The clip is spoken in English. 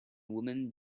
woman